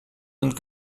sind